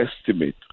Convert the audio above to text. estimate